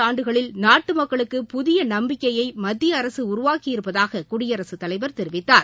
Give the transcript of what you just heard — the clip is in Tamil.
ஆண்டுகளில் நாட்டு மக்களுக்கு புதிய நம்பிக்கையை கடந்த நான்கரை மத்திய அரசு உருவாக்கியிருப்பதாக குடியரசுத் தலைவர் தெரிவித்தார்